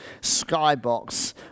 skybox